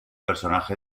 personaje